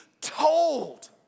told